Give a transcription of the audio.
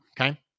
okay